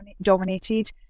dominated